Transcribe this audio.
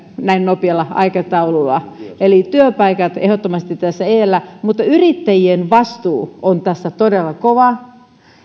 näin nopealla aikataululla eli työpaikat ehdottomasti tässä edellä mutta yrittäjien vastuu on tässä todella kova